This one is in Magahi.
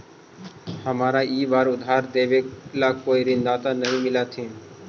हमारा ई बार उधार देवे ला कोई ऋणदाता नहीं मिलित हाई